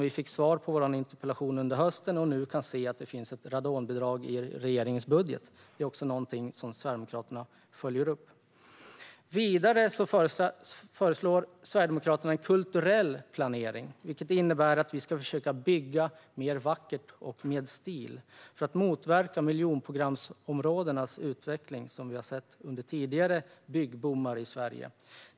Vi fick svar på vår interpellation under hösten, och nu kan vi se att det finns ett radonbidrag i regeringens budget. Detta är någonting som Sverigedemokraterna följer upp. Sverigedemokraterna föreslår en kulturell planering, vilket innebär att vi ska försöka bygga vackert och med stil för att motverka den utveckling av miljonprogramområden som vi har sett under tidigare byggboomar i Sverige.